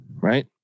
right